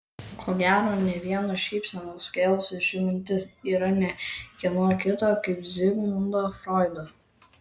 ko gero ne vieną šypseną sukėlusi ši mintis yra ne kieno kito kaip zigmundo froido